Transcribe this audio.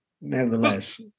nevertheless